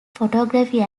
photography